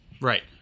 Right